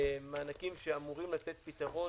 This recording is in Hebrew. מענקים שאמורים לתת פתרון